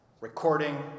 Recording